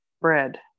bread